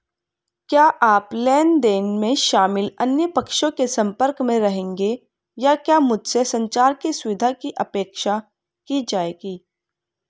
क्या आप लेन देन में शामिल अन्य पक्षों के संपर्क में रहेंगे या क्या मुझसे संचार की सुविधा की अपेक्षा की जाएगी?